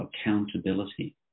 accountability